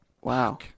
Wow